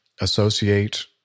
associate